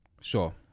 sure